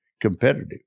competitive